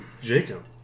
Jacob